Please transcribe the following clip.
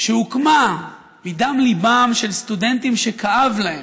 שהוקמה מדם ליבם של סטודנטים שכאב להם,